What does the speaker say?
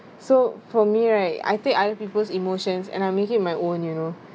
so for me right I take other people's emotions and I make it my own you know